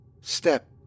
Step